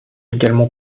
également